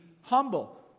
humble